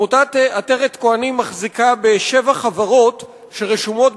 עמותת "עטרת כוהנים" מחזיקה בשבע חברות שרשומות